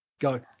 Go